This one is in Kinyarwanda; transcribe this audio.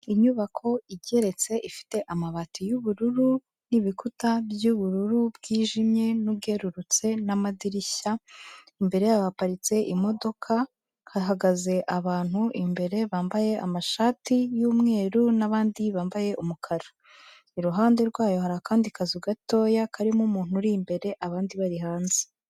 Inyubako igeretse ifite amabati y'ubururu n'ibikuta by'ubururu bwijimye n'ubwerurutse n'amadirishya, imbere yaho haparitse imodoka, hahagaze abantu imbere bambaye amashati y'umweru, n'abandi bambaye umukara, iruhande rwayo hari akandi kazu gatoya karimo umuntu uri imbere, abandi bari hanze.